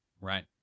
Right